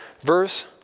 Verse